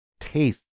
taste